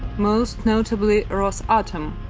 most notably rose autumn,